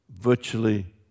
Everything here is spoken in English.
virtually